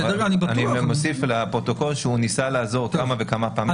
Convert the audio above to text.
אני מוסיף לפרוטוקול שהוא ניסה לעזור כמה וכמה פעמים.